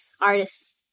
artists